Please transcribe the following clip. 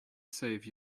save